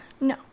No